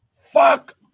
Fuck